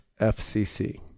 fcc